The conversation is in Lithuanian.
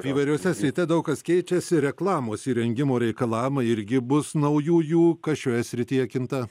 įvairiose srite daug kas keičiasi reklamos įrengimo reikalavimai irgi bus naujųjų kas šioje srityje kinta